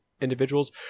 individuals